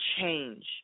change